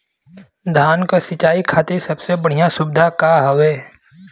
धान क सिंचाई खातिर सबसे बढ़ियां सुविधा का हवे?